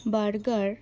burger